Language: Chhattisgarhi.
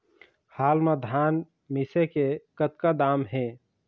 हाल मा धान मिसे के कतका दाम हे?